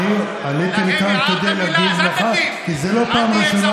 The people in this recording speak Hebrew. אני עליתי לכאן כדי להגיד לך, להם הערת מילה?